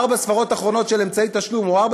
ארבע ספרות אחרונות של אמצעי תשלום או ארבע